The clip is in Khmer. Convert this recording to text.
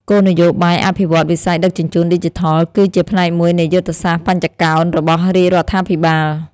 គោលនយោបាយអភិវឌ្ឍន៍វិស័យដឹកជញ្ជូនឌីជីថល គឺជាផ្នែកមួយនៃយុទ្ធសាស្ត្របញ្ចកោណរបស់រាជរដ្ឋាភិបាល។